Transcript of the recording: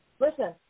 Listen